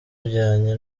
ujyanye